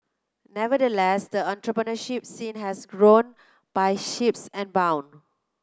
nevertheless the entrepreneurship scene has grown by sheeps and bound